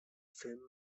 filmen